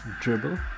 Dribble